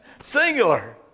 singular